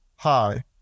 Hi